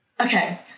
Okay